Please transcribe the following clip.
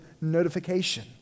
notification